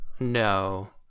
No